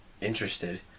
interested